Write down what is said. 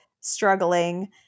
struggling